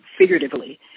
figuratively